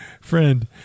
friend